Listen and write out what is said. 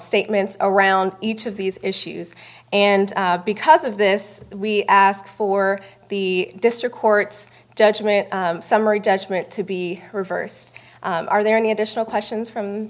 statements around each of these issues and because of this we ask for the district court's judgment summary judgment to be reversed are there any additional questions from